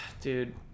dude